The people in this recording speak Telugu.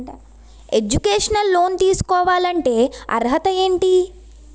ఎడ్యుకేషనల్ లోన్ తీసుకోవాలంటే అర్హత ఏంటి?